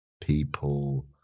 people